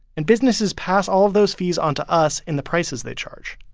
and businesses pass all of those fees onto us in the prices they charge,